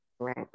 Right